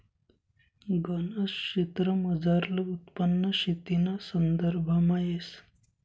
गनज क्षेत्रमझारलं उत्पन्न शेतीना संदर्भामा येस